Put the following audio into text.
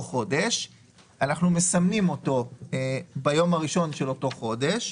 חודש אנחנו מסמנים ביום הראשון של אותו חודש,